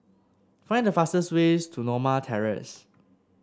find the fastest ways to Norma Terrace